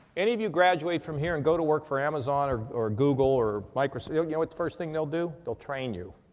any of you graduate from here and go to work for amazon or, or google or microsoft? you know what the first thing they'll do? they'll train you.